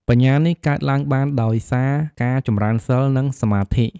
បញ្ញានេះកើតឡើងបានដោយសារការចម្រើនសីល និងសមាធិ។